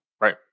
right